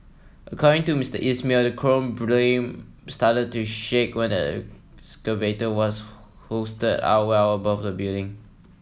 according to Mister Is mail the crane boom started to shake when the excavator was hoisted up well above the building